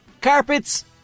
carpets